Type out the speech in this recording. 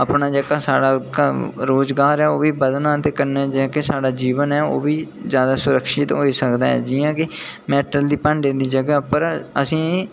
अपना साढ़ा जेह्का रोज़गार ऐ ओह्बी बधना ते कन्नै गै साढ़ा जेह्का जीवन ऐ ओह्बी जादै सुरक्षित होई सकदा ऐ जि'यां की मेटल ते भांडे दी जगह पर असेंगी